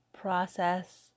process